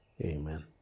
Amen